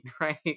right